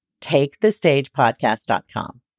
takethestagepodcast.com